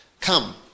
Come